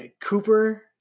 Cooper